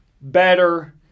better